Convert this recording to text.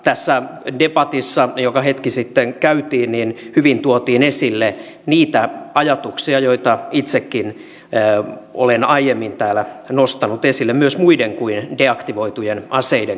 tässä debatissa joka hetki sitten käytiin hyvin tuotiin esille niitä ajatuksia joita itsekin olen aiemmin täällä nostanut esille myös muiden kuin deaktivoitujen aseiden kohdalla